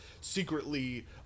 secretly